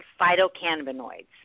phytocannabinoids